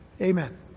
Amen